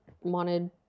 wanted